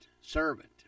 servant